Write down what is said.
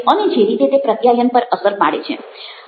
અને જે રીતે તે પ્રત્યાયન પર અસર પાડે છે